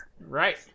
Right